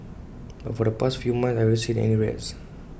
but for the past few months I haven't seen any rats